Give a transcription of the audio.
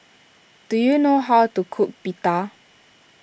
do you know how to cook Pita